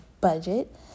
budget